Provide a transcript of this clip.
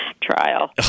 trial